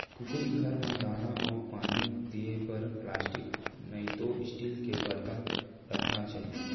कुकरी घर म दाना अउ पानी दिये बर प्लास्टिक नइतो स्टील के बरतन राखना चाही